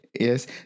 Yes